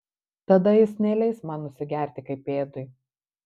tada jis neleis man nusigerti kaip pėdui